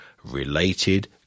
related